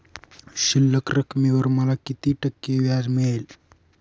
शिल्लक रकमेवर मला किती टक्के व्याज मिळेल?